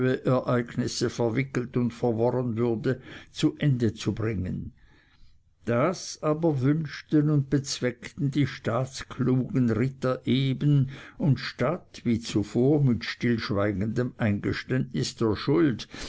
ereignisse verwickelt und verworren würde zu ende zu bringen das aber wünschten und bezweckten die staatsklugen ritter eben und statt wie zuvor mit stillschweigendem eingeständnis der schuld